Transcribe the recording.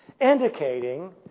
indicating